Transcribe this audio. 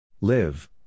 Live